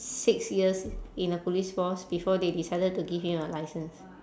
six years in a police force before they decided to give him a licence